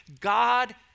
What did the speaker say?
God